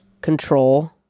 control